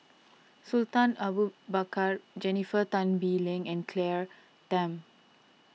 Sultan Abu Bakar Jennifer Tan Bee Leng and Claire Tham